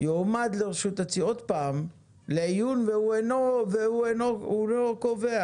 יועמד לעיון הציבור, והוא אינו קובע.